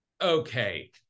Okay